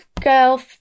Girl